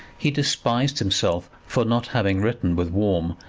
he despised himself for not having written with warm,